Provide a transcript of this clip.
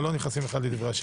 אבל לא נכנסים אחד לדברי השני.